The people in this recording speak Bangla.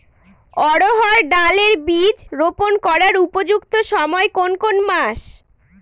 অড়হড় ডাল এর বীজ রোপন করার উপযুক্ত সময় কোন কোন মাস?